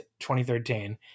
2013